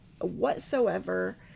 whatsoever